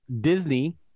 Disney